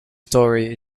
story